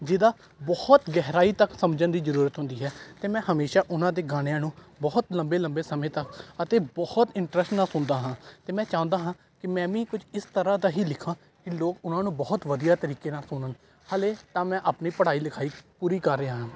ਜਿਹਦਾ ਬਹੁਤ ਗਹਿਰਾਈ ਤੱਕ ਸਮਝਣ ਦੀ ਜ਼ਰੂਰਤ ਹੁੰਦੀ ਹੈ ਅਤੇ ਮੈਂ ਹਮੇਸ਼ਾ ਉਹਨਾਂ ਦੇ ਗਾਣਿਆਂ ਨੂੰ ਬਹੁਤ ਲੰਬੇ ਲੰਬੇ ਸਮੇਂ ਤੱਕ ਅਤੇ ਬਹੁਤ ਇੰਟਰਸਟ ਨਾਲ ਸੁਣਦਾ ਹਾਂ ਅਤੇ ਮੈਂ ਚਾਹੁੰਦਾ ਹਾਂ ਕਿ ਮੈਂ ਵੀ ਕੁਝ ਇਸ ਤਰ੍ਹਾਂ ਦਾ ਹੀ ਲਿਖਾਂ ਕਿ ਲੋਕ ਉਹਨਾਂ ਨੂੰ ਬਹੁਤ ਵਧੀਆ ਤਰੀਕੇ ਨਾਲ ਸੁਣਨ ਹਾਲੇ ਤਾਂ ਮੈਂ ਆਪਣੀ ਪੜ੍ਹਾਈ ਲਿਖਾਈ ਪੂਰੀ ਕਰ ਰਿਹਾ ਹਾਂ